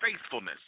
faithfulness